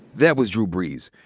that was drew brees,